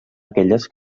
aquelles